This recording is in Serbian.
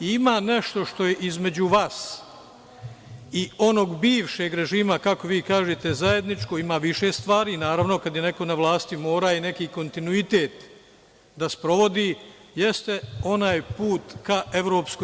Ima nešto što je između vas i onog bivšeg režima, kako vi kažete, zajedničko, ima više stvari naravno, kad je neko na vlasti mora i neki kontinuitet da sprovodi, jeste onaj put ka EU.